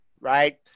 right